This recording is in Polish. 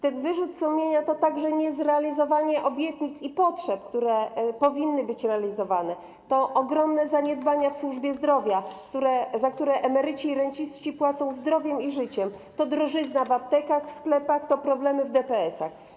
Ten wyrzut sumienia to także niezrealizowanie obietnic i potrzeb, które powinny być realizowane, to ogromne zaniedbania w służbie zdrowia, za które emeryci i renciści płacą zdrowiem i życiem, to drożyzna w aptekach, sklepach, to problemy w DPS-ach.